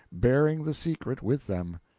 bearing the secret with them.